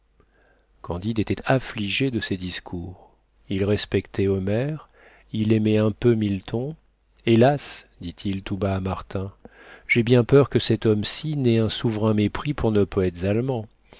candide était affligé de ces discours il respectait homère il aimait un peu milton hélas dit-il tout bas à martin j'ai bien peur que cet homme ci n'ait un souverain mépris pour nos poètes allemands